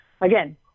Again